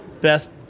Best